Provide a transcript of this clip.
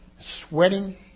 sweating